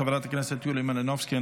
חברת הכנסת יוליה מלינובסקי,